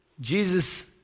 Jesus